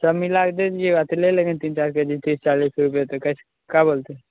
सब मिला के दे दीजिएगा तो ले लेंगे तीन चार केजी तीस चालीस रुपए तक कैसे का बोलते